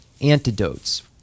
antidotes